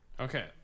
Okay